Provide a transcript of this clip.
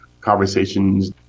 conversations